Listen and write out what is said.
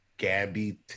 Gabby